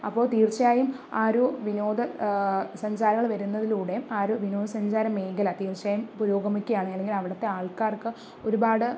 അപ്പോൾ തീർച്ചയായും ആ ഒരു വിനോദ സഞ്ചാരികൾ വരുന്നതിലൂടെ ആ ഒരു വിനോദ സഞ്ചാര മേഖല തീർച്ചയായും പുരോഗമിക്കുകയാണ് അല്ലെങ്കിൽ അവിടുത്തെ ആൾക്കാർക്ക് ഒരുപാട്